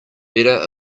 better